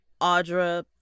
Audra